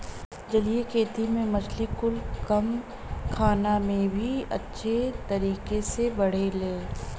जलीय खेती में मछली कुल कम खाना में भी अच्छे तरीके से बढ़ेले